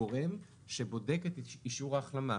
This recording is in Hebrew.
גורם שבודק את אישור ההחלמה.